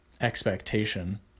expectation